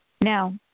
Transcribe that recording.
Now